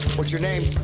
what's your name?